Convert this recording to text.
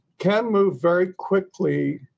can move very quickly,